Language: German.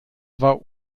war